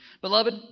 Beloved